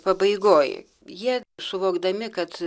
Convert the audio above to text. pabaigoj jie suvokdami kad